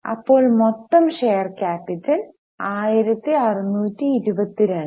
അപ്പോൾ മൊത്തം share capital 1622